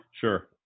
Sure